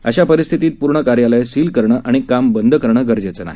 अशा परिस्थितीत पूर्ण कार्यालय सील करणं आणि कामं बंद करणं गरजेचं नाही